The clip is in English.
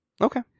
Okay